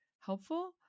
helpful